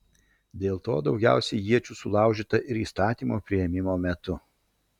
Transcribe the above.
dėl to daugiausiai iečių sulaužyta ir įstatymo priėmimo metu